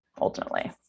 ultimately